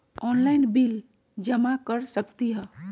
Online bill जमा कर सकती ह?